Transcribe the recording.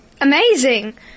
Amazing